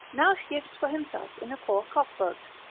now shifts for himself in a poor cock-boat,